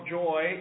joy